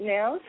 now